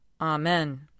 Amen